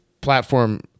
platform